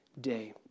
day